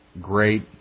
great